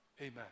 amen